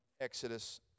Exodus